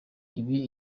ibi